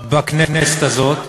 בכנסת הזאת.